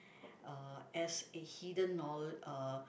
uh as a hidden knowl~ uh